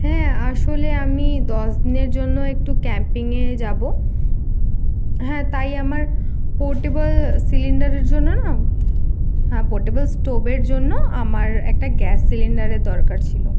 হ্যাঁ আসলে আমি দশ দিনের জন্য একটু ক্যাম্পিংয়ে যাবো হ্যাঁ তাই আমার পোর্টেবল সিলিন্ডারের জন্য না হ্যাঁ পোর্টেবল স্টোভের জন্য আমার একটা গ্যাস সিলিন্ডারের দরকার ছিলো